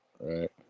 right